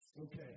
Okay